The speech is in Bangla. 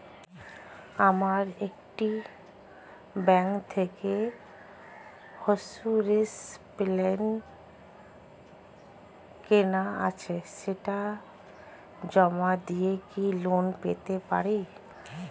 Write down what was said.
আমার একটি ব্যাংক থেকে ইন্সুরেন্স প্ল্যান কেনা আছে সেটা জমা দিয়ে কি লোন পেতে পারি?